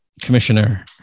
Commissioner